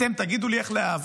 אתם תגידו לי איך להאביק?